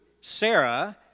Sarah